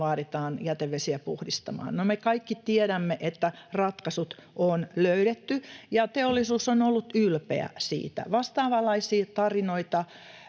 vaaditaan jätevesiä puhdistamaan. No, me kaikki tiedämme, että ratkaisut on löydetty ja teollisuus on ollut ylpeä siitä. Vastaavanlaisia tarinoita,